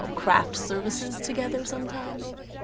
craft services together sometime, maybe?